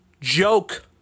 joke